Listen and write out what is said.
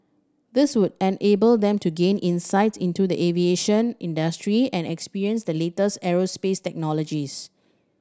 this would enable them to gain insights into the aviation industry and experience the latest aerospace technologies